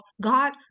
God